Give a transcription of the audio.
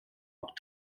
auch